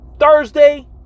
Thursday